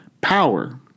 Power